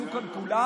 שיעשו כאן כולם,